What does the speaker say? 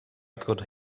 could